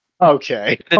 okay